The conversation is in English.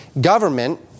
government